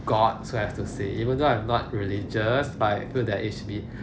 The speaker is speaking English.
god so have to say even though I'm not religious but I feel that it should be